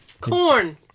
Corn